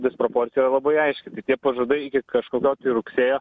disproporcija labai aiški tai tie pažadai iki kažkokios tai rugsėjo